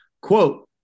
quote